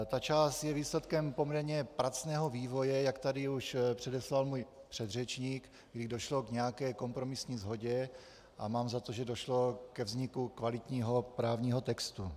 Ta část je výsledkem poměrně pracného vývoje, jak tady už předeslal můj předřečník, kdy došlo k nějaké kompromisní shodě, a mám za to, že došlo ke vzniku kvalitního právního textu.